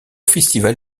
festival